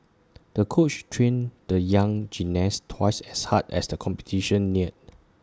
the coach trained the young gymnast twice as hard as the competition neared